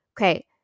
okay